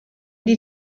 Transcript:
die